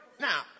Now